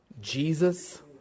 Jesus